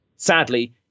Sadly